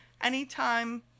anytime